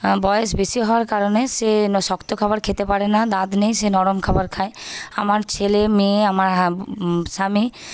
বয়স বেশি হওয়ার কারণে সে শক্ত খাবার খেতে পারে না দাঁত নেই সে নরম খাবার খায় আমার ছেলেমেয়ে আমার স্বামী